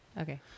Okay